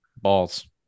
balls